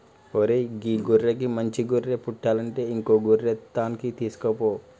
ఓరై గీ గొర్రెకి మంచి గొర్రె పుట్టలంటే ఇంకో గొర్రె తాన్కి తీసుకుపో